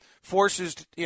forces –